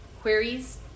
queries